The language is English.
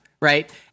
Right